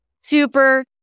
super